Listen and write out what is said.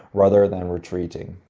rather than retreating.